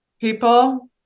people